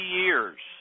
years